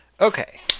Okay